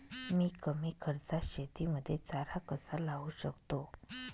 मी कमी खर्चात शेतीमध्ये चारा कसा लावू शकतो?